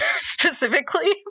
specifically